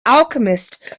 alchemist